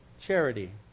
charity